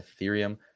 Ethereum